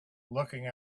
looking